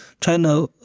China